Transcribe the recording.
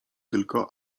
tylko